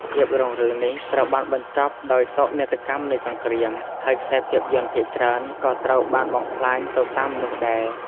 ភាពរុងរឿងនេះត្រូវបានបញ្ចប់ដោយសោកនាដកម្មនៃសង្គ្រាម ហើយខ្សែភាពយន្តភាគច្រើនក៏ត្រូវបានបំផ្លាញទៅតាមនោះដែរ។